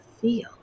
feel